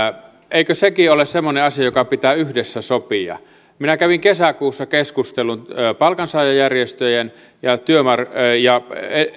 eikö sekin ole semmoinen asia joka pitää yhdessä sopia minä kävin kesäkuussa keskustelun palkansaajajärjestöjen ja